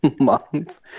month